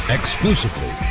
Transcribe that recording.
Exclusively